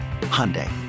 Hyundai